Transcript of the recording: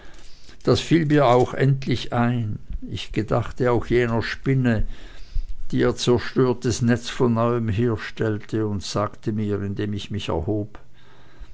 das fiel mir auch endlich ein ich gedachte auch jener spinne die ihr zerstörtes netz von neuem herstellte und sagte mir indem ich mich erhob